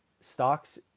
stocks